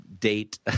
date